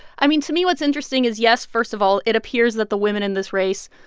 i mean, to me, what's interesting is, yes, first of all, it appears that the women in this race,